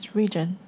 region